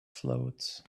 float